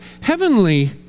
heavenly